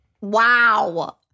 Wow